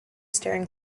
staring